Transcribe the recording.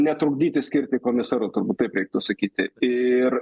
netrukdyti skirti komisaru turbūt taip reiktų sakyti ir